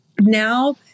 now